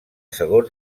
segon